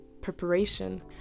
preparation